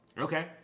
Okay